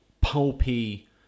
pulpy